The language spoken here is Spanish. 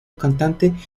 cantante